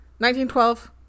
1912